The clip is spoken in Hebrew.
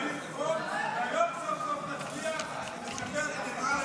והיום סוף-סוף נצליח --- זה למעלה